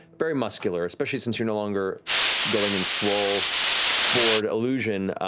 very muscular, especially since you're no longer going in swoll for an illusion.